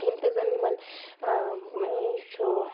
یِم تہِ زَن یِمَن یہِ چھُ